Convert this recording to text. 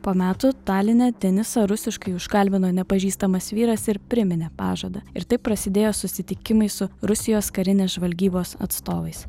po metų taline denisą rusiškai užkalbino nepažįstamas vyras ir priminė pažadą ir taip prasidėjo susitikimai su rusijos karinės žvalgybos atstovais